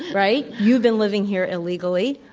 right? you've been living here illegally,